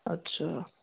अच्छा